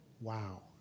wow